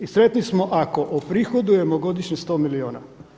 I sretni smo ako oprihodujemo godišnje 100 miliona.